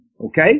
Okay